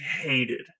hated